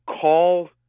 call